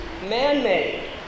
man-made